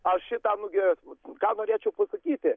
aš šita nugi ką norėčiau pasakyti